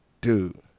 dude